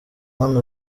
hano